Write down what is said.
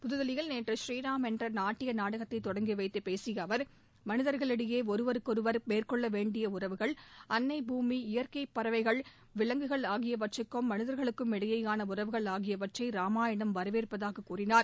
புதுதில்லியில் நேற்று புரீராம் என்ற நாட்டிய நாடகத்தை தொடங்கி வைத்து பேசிய அவர் மனிதர்களிடையே ஒருவருக்கு ஒருவர் மேற்கொள்ள வேண்டிய உறவுகள் அண்னை பூமி இயற்கை பறகைள் விலங்குகள் ஆகியவற்றுக்கும் மனிதர்களுக்கும் இடையேயாள உறவுகள் ஆகியவற்றை ராமாயணம் வரவேற்பதாக கூறினார்